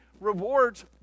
rewards